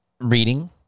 reading